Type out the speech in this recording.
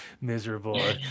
Miserable